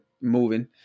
moving